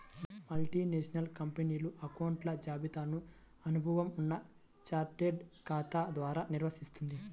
multinational కంపెనీలు అకౌంట్ల జాబితాను అనుభవం ఉన్న చార్టెడ్ ఖాతా ద్వారా నిర్వహిత్తుంది